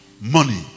money